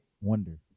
wonder